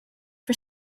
for